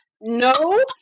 No